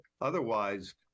Otherwise